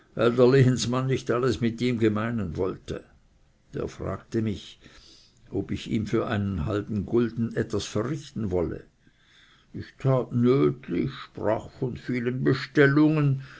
lehensmann nicht alles mit ihm g'meinen wollte der fragte mich ob ich ihm für einen halben gulden etwas verrichten wolle ich tat nötlich sprach von vielen bestellungen